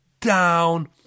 down